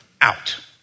out